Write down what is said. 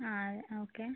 ആ ഓക്കെ